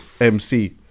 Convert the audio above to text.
MC